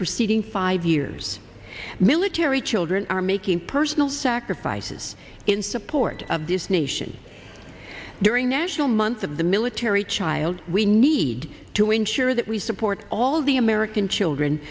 proceeding five years military children are making personal sacrifices in support of this nation during national month of the military child we need to ensure that we support all the american children